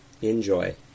Enjoy